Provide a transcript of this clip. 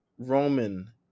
Roman